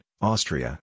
Austria